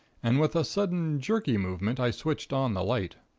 and with a sudden, jerky movement, i switched on the light.